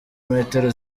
metero